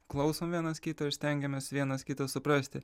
klausom vienas kito ir stengiamės vienas kitą suprasti